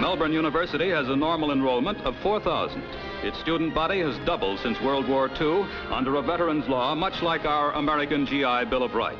melbourne university as a normal enrollment of four thousand its student body has doubled since world war two under a veterans law much like our american g i bill of rights